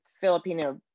Filipino